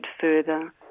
further